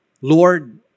Lord